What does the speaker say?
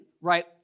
right